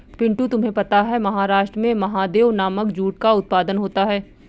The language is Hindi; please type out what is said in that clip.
पिंटू तुम्हें पता है महाराष्ट्र में महादेव नामक जूट का उत्पादन होता है